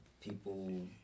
people